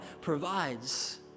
provides